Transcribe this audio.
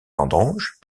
vendanges